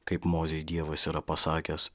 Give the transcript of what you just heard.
kaip mozei dievas yra pasakęs